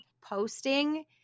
posting